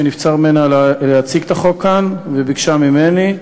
שנבצר ממנה להציג את החוק כאן וביקשה ממני,